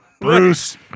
Bruce